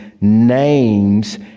names